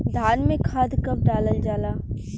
धान में खाद कब डालल जाला?